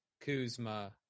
kuzma